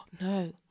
No